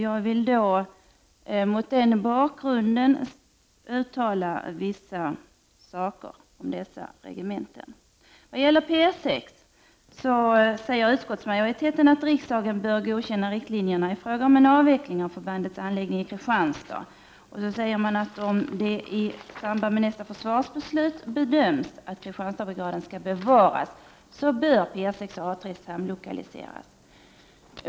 Jag vill mot den bakgrunden uttala vissa åsikter om dessa regementen. Vad gäller P 6 säger utskottsmajoriteten att riksdagen bör godkänna riktlinjerna i fråga om en avveckling av förbandets anläggning i Kristianstad. Vidare säger utskottet att om det i samband med nästa försvarsbeslut bedöms att Kristianstadsbrigaden skall bevaras, så bör P 6 och A 3 samlokaliseras.